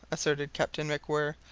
asserted captain macwhirr.